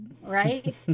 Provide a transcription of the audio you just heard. Right